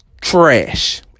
trash